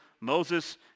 Moses